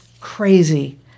crazy